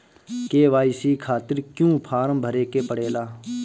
KYC खातिर क्यूं form भरे के पड़ेला?